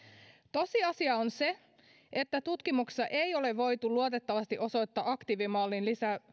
tosiasia on se että tutkimuksessa ei ole voitu luotettavasti osoittaa aktiivimallin